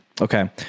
Okay